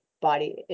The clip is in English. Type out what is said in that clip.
body